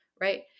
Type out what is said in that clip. Right